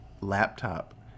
laptop